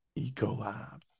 Ecolab